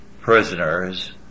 prisoners